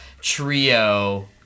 trio